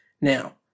Now